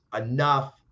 enough